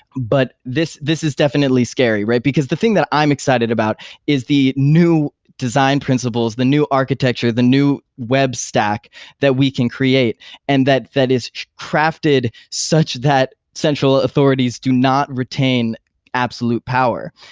but this this is definitely scary, because the thing that i'm excited about is the new design principles, the new architecture, the new web stack that we can create and that that is crafted such that central authorities do not retain absolute power.